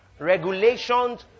regulations